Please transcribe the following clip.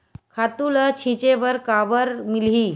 खातु ल छिंचे बर काबर मिलही?